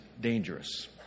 dangerous